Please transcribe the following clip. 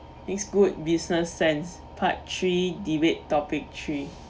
makes good business sense part three debate topic three